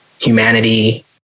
humanity